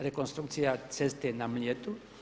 Rekonstrukcija ceste na Mljetu.